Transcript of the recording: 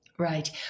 Right